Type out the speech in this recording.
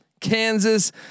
Kansas